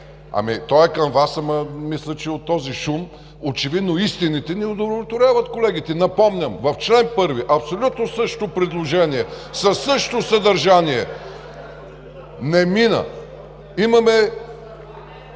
То е към Вас, но мисля, че от този шум очевидно истините не удовлетворяват колегите. Напомням – чл. 1 абсолютно същото предложение, със същото съдържание, не мина. (Реплики